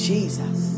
Jesus